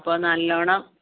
അപ്പോൾ നല്ലവണ്ണം